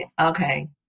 Okay